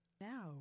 now